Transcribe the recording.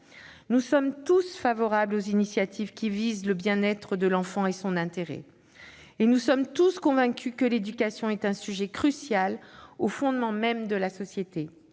Nous sommes tous favorables aux initiatives qui visent à préserver le bien-être de l'enfant et son intérêt. Nous sommes tous convaincus que l'éducation est un sujet crucial, au fondement même de la société.